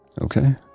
Okay